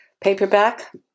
paperback